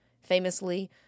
Famously